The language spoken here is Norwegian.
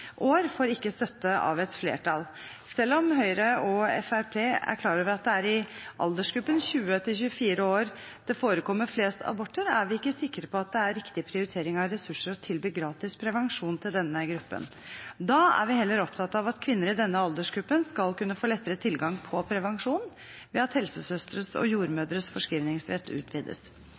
år får ikke støtte av et flertall. Selv om Høyre og Fremskrittspartiet er klar over at det er i aldersgruppen 20–24 år det forekommer flest aborter, er vi ikke sikre på at det er riktig prioritering av ressurser å tilby gratis prevensjon til denne gruppen. Da er vi heller opptatt av at kvinner i denne aldersgruppen skal kunne få lettere tilgang på prevensjon ved at helsesøstres og jordmødres forskrivningsrett utvides.